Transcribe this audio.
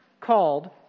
called